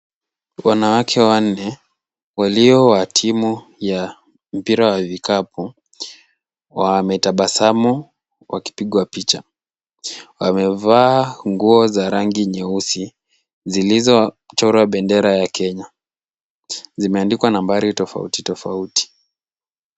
Wanawake wanne, walio watimu ya mpira wa vikapu. Wametabasamu wakipigwa picha, wamevaa nguo za rangi nyeusi zilizochorwa bendera ya Kenya. Zimeandikwa nambari tofauti tofauti.